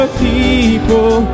people